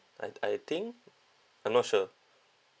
I I think I'm not sure